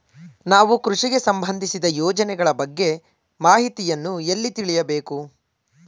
ನಾವು ಕೃಷಿಗೆ ಸಂಬಂದಿಸಿದ ಯೋಜನೆಗಳ ಬಗ್ಗೆ ಮಾಹಿತಿಯನ್ನು ಎಲ್ಲಿ ತಿಳಿಯಬೇಕು?